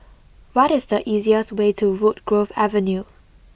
what is the easiest way to Woodgrove Avenue